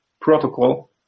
protocol